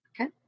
Okay